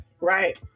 right